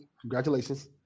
congratulations